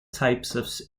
types